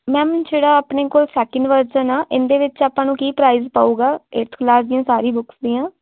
ma'am ਜਿਹੜਾ ਆਪਣੇ ਕੋਲ ਸੈਕਿੰਡ ਵਰਜ਼ਨ ਆ ਇਹਦੇ ਵਿੱਚ ਆਪਾਂ ਨੂੰ ਕੀ ਪ੍ਰਾਈਜ਼ ਪਊਗਾ ਏਟਥ ਕਲਾਸ ਦੀਆਂ ਸਾਰੀ ਬੁੱਕਸ ਦੀਆਂ